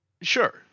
Sure